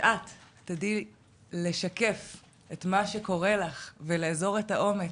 שאת תדעי לשקף את מה שקורה לך ולאזור את האומץ.